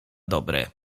dobre